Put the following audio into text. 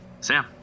Sam